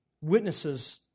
witnesses